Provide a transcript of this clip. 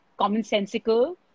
commonsensical